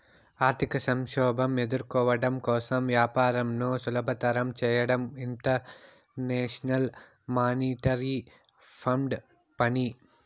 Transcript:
ఆర్థిక సంక్షోభం ఎదుర్కోవడం కోసం వ్యాపారంను సులభతరం చేయడం ఇంటర్నేషనల్ మానిటరీ ఫండ్ పని